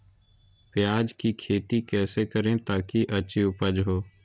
प्याज की खेती कैसे करें ताकि अच्छी उपज हो?